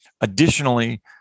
Additionally